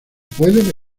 puede